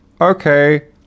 Okay